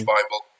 Bible